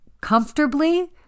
comfortably